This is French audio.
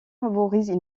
favorisent